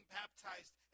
baptized